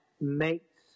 makes